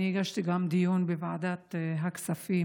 אני הגשתי גם דיון בוועדת הכספים,